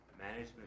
management